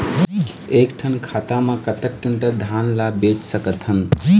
एक ठन खाता मा कतक क्विंटल धान ला बेच सकथन?